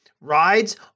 rides